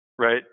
Right